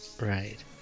Right